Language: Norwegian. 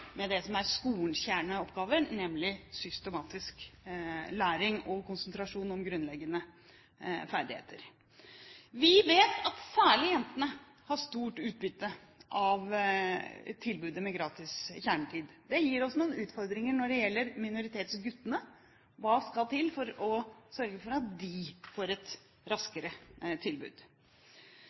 med det som er skolens kjerneoppgaver, nemlig systematisk læring og konsentrasjon om grunnleggende ferdigheter. Vi vet at særlig jentene har stort utbytte av tilbudet med gratis kjernetid. Det gir oss noen utfordringer når det gjelder minoritetsguttene – hva skal til for å sørge for at de får et raskere tilbud?